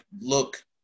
look